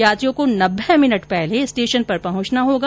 यात्रियों को नब्बे मिनट पहले स्टेशन पर पहुंचना होगा